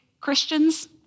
Christians